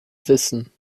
wissen